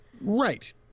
right